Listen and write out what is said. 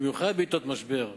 ובמיוחד בעתות משבר,